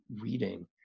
reading